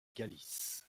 galice